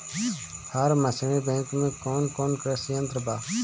Form machinery bank में कौन कौन कृषि यंत्र बा?